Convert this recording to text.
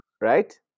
right